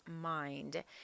mind